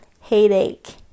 headache